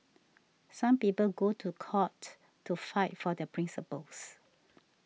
some people go to court to fight for their principles